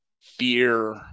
Fear